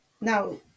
Now